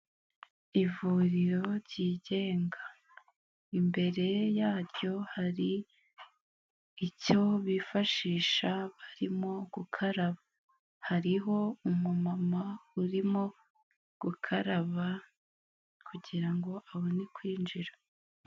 Ivuriro ryigenga, imbere yaryo hari icyo bifashisha barimo gukaraba, hariho umumama urimo gukaraba kugirango abone kwinjira.